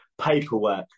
Paperwork